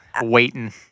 Waiting